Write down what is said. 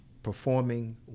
Performing